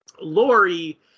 Lori